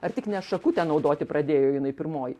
ar tik ne šakutę naudoti pradėjo jinai pirmoji